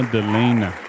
Delena